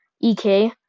EK